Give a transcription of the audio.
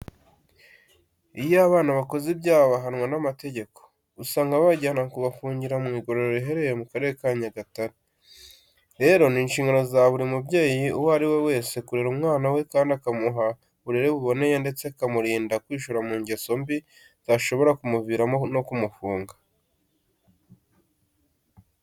Iyo abana bakoze ibyaha bihanwa n'amategeko, usanga babajyana kubafungira mu igororero riherereye mu Karere ka Nyagatare. Rero ni inshingano za buri mubyeyi uwo ari we wese kurera umwana we kandi akamuha uburere buboneye ndetse akamurinda kwishora mu ngeso mbi zishobora kumuviramo no gufungwa.